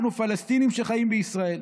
אנחנו פלסטינים שחיים בישראל.